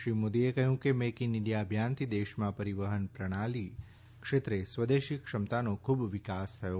શ્રી મોદીએ કહ્યું કે મેક ઇન ઇન્ડિયા અભિયાનથી દેશમાં પરીવહનપ્રણાલી ક્ષેત્રે સ્વદેશી ક્ષમતાનો ખુબ વિકાસ થયો